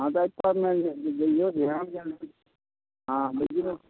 हॅं तऽ एहि परमे दियौ ध्यान जे हॅं दियौ